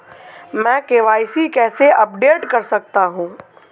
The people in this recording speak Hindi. मैं के.वाई.सी कैसे अपडेट कर सकता हूं?